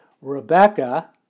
Rebecca